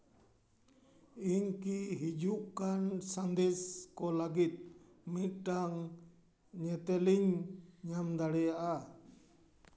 ᱤᱧ ᱠᱤ ᱦᱤᱡᱩᱜ ᱠᱟᱱ ᱥᱟᱸᱫᱮᱥ ᱠᱚ ᱞᱟᱹᱜᱤᱫ ᱢᱤᱫᱴᱟᱱ ᱧᱮᱛᱮᱞᱤᱧ ᱧᱟᱢ ᱫᱟᱲᱮᱭᱟᱜᱼᱟ